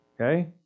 Okay